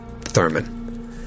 Thurman